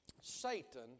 Satan